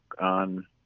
on